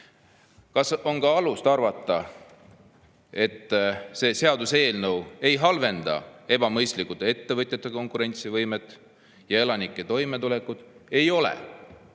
Kas on alust arvata, et see seaduseelnõu ei halvenda ebamõistlikult ettevõtjate konkurentsivõimet ja elanike toimetulekut? Ei ole!